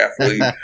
athlete